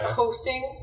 hosting